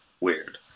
weird